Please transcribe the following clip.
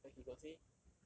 he said but he got say